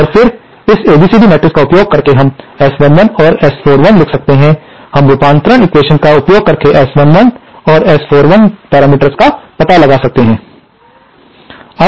और फिर इस एबीसीडी मैट्रिक्स का उपयोग करके हम S11 और S41 लिख सकते हैं हम रूपांतरण एक्वेशन्स का उपयोग करके S11 और S41 पैरामीटर्स का पता लगा सकते हैं